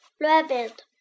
rabbit